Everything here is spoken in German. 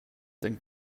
denkt